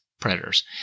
predators